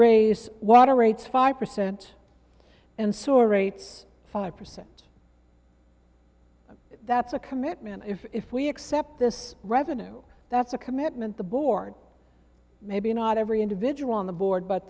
raise water rates five percent and so rates five percent that's a commitment if we accept this revenue that's a commitment the board maybe not every individual on the board but